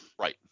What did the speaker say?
Right